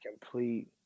complete